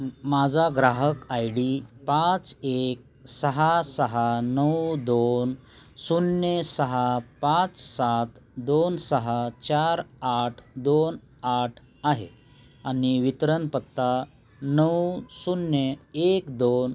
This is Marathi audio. माझा ग्राहक आयडी पाच एक सहा सहा नऊ दोन शून्य सहा पाच सात दोन सहा चार आठ दोन आठ आहे आणि वितरण पत्ता नऊ शून्य एक दोन ओकलेन नवी दिल्ली दिल्ली पिनकोड एक एक शून्य शून्य शून्य एक आहे कृपया वितरन दोन आट नोहेंबर दोन शून्य दोन चारसाठी नियोजित आहे याची खात्री करा